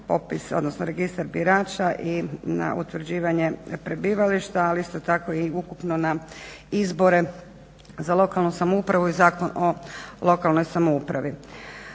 odnosno registar birača i na utvrđivanje prebivališta, ali isto tako i ukupno na izbore za lokalnu samoupravu i Zakon o lokalnoj samoupravi.